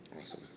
Awesome